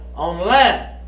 Online